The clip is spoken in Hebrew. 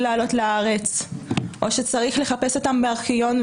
לעלות לארץ או שצריך לחפש אותם בארכיון,